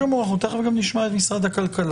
בסדר גמור, אנחנו תכף גם נשמע את משרד הכלכלה.